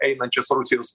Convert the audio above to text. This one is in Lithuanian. einančias rusijos